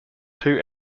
two